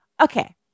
Okay